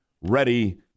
ready